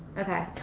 okay.